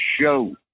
show